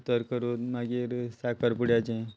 उतर करून मागीर साकर पुड्याचें